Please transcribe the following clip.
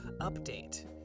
update